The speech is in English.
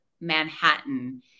Manhattan